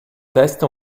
testa